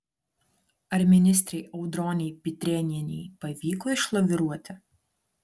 ar ministrei audronei pitrėnienei pavyko išlaviruoti